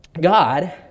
god